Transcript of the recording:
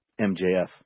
MJF